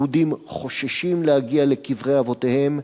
יהודים חוששים להגיע לקברי אבותיהם,